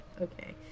Okay